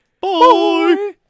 Bye